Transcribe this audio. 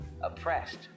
oppressed